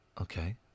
Okay